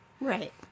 Right